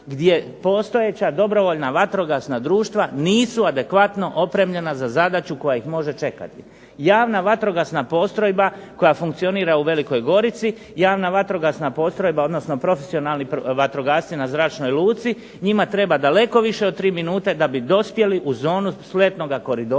gdje postojeća dobrovoljna vatrogasna društva nisu adekvatno opremljena za zadaću koja ih može čekati. Javna vatrogasna postrojba koja funkcionira u Velikoj Gorici, javna vatrogasna postrojba odnosno profesionalni vatrogasci na zračnoj luci, njima treba daleko više od tri minute da bi dospjeli u zonu sletnog koridora